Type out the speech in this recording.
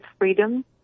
freedom